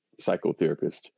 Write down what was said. psychotherapist